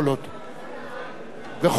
וכל העם רואים את הקולות.